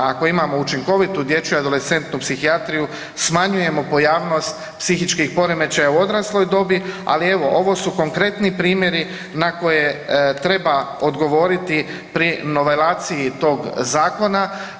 Ako imamo učinkovitu dječju adolescentnu psihijatriju smanjujemo pojavnost psihičkih poremećaja u odrasloj dobi, ali evo ovo su konkretni primjeri na koje treba odgovoriti pri novelaciji tog zakona.